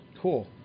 Cool